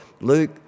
Luke